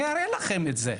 אני אראה לכם את זה.